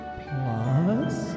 plus